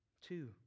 Two